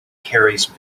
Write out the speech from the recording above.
carries